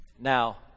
Now